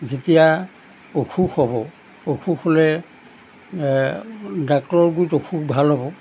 যেতিয়া অসুখ হ'ব অসুখ হ'লে ডাক্টৰৰ গোট অসুখ ভাল হ'ব